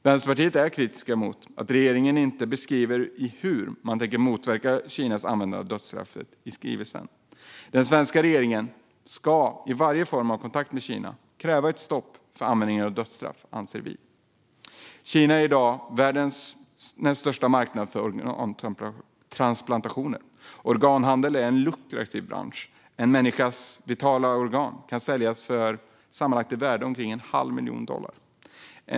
Vänsterpartiet är kritiskt till att regeringen i skrivelsen inte beskriver hur man tänker motverka Kinas användande av dödsstraff. Vänsterpartiet anser att den svenska regeringen i varje form av kontakt med Kina ska kräva ett stopp för användandet av dödsstraff. Kina är i dag världens näst största marknad för organtransplantationer. Organhandel är en lukrativ bransch. En människas vitala organ kan säljas för sammanlagt omkring en halv miljon dollar.